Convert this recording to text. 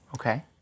Okay